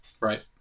right